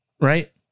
right